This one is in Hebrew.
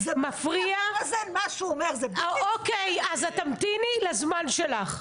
את תמתיני לזמן שלך.